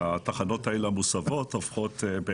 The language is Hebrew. כי התחנות המוסבות הופכות להיות,